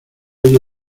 oye